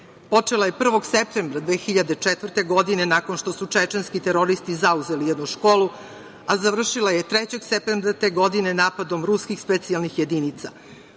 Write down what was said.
Počela je 1. septembra 2004. godine, nakon što su čečenski teroristi zauzeli jednu školu, a završila je trećeg septembra te godine, napadom ruskih specijalnih jedinica.